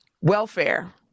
welfare